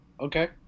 Okay